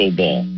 ball